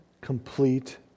complete